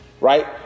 right